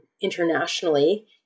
internationally